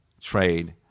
trade